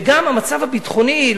וגם המצב הביטחוני.